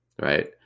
right